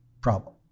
problem